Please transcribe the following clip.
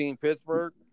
Pittsburgh